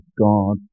God